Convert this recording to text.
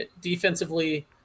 defensively